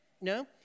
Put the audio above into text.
No